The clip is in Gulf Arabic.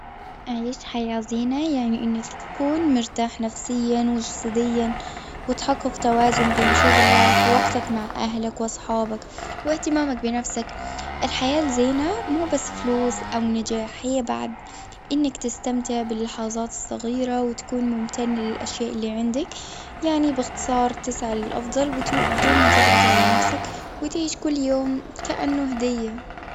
عيش حياة زينة، يعني إنك تكون مرتاح نفسياً، وجسدياً، وتحقق توازن بين شغلك، ووقتك مع أهلك وأصحابك، واهتمامك بنفسك. الحياة الزينة مو بس فلوس، أو نجاح. هي بعد إنك تستمتع باللحظات الصغيرة، وتكون ممتن للأشياء اللي عندك. يعني باختصار تسعى للأفضل، بتو- بدون ما تضغط على نفسك، وتعيش كل يوم كأنه هدية.